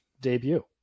debut